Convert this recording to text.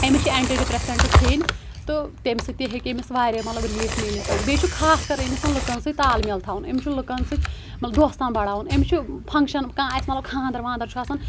أمِس چھِ antidepressant کِھیٚنۍ تہٕ تمہِ سۭتۍ تہِ ہیکہِ أمِس واریاہ مطلَب رِلیٖف مِلَتھ بییہِ چھُ خاص کر أمِس لُکَن سۭتۍ تال میل تھاوُن أمِس چھُ لُکَن سۭتۍ مَطلَب دوستان بَڈاوُن أمِس چھُ فَنٛکشَن کانٛہہ آسہِ مطلَب خانٛدَر وانٛدَر چھُ آسان